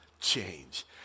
change